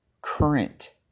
current